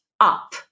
up